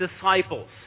disciples